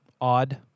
odd